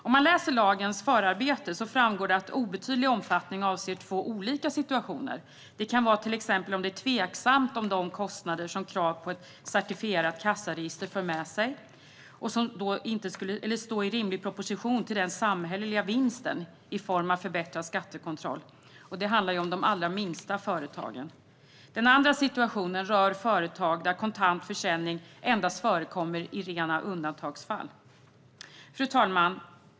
Av lagens förarbeten framgår att obetydlig omfattning avser två olika situationer. Den ena är om det är tveksamt om de kostnader som krav på ett certifierat kassaregister för med sig står i rimlig proportion till den samhälleliga vinsten i form av förbättrad skattekontroll i fråga om de allra minsta företagen. Den andra situationen rör företag där kontant försäljning endast förekommer i rena undantagsfall. Fru talman!